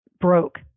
broke